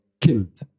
killed